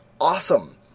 awesome